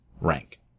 rank